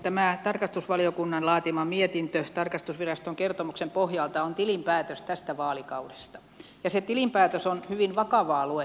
tämä tarkastusvaliokunnan laatima mietintö tarkastusviraston kertomuksen pohjalta on tilinpäätös tästä vaalikaudesta ja se tilinpäätös on hyvin vakavaa luettavaa